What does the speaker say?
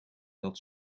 dat